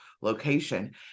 location